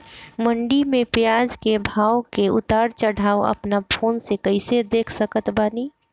मंडी मे प्याज के भाव के उतार चढ़ाव अपना फोन से कइसे देख सकत बानी?